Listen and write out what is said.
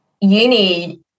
uni